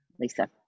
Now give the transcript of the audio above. Lisa